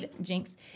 Jinx